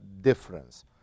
difference